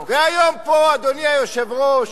והיום פה, אדוני היושב-ראש,